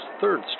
third